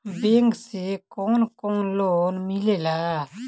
Bank से कौन कौन लोन मिलेला?